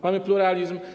Mamy pluralizm.